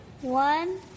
one